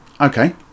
Okay